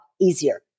easier